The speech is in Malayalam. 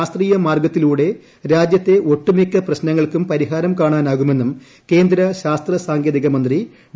ശാസ്ത്രീയ മാർഗത്തിലൂടെ രാജ്യത്തെ ്ളട്ടൂമിക്ക പ്രശ്നങ്ങൾക്കും പരിഹാരം കാണാനാകുമെന്നും ക്ക്രിന്ദ ശാസ്ത്രസാങ്കേതിക മന്ത്രി ഡോ